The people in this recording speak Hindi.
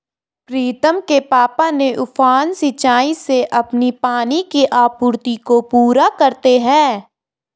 प्रीतम के पापा ने उफान सिंचाई से अपनी पानी की आपूर्ति को पूरा करते हैं